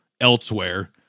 elsewhere